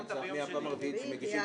ולקריאה שלישית.